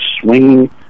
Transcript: swinging